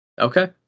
Okay